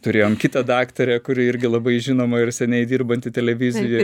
turėjom kitą daktarę kuri irgi labai žinoma ir seniai dirbanti televizijoj